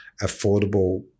affordable